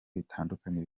bitandukanye